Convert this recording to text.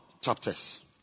chapters